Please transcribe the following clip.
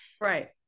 Right